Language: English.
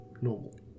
normal